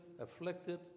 afflicted